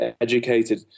educated